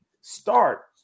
start